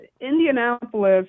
Indianapolis